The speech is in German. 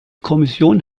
kommission